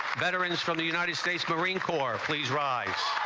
better is from the united states marine corps, please rise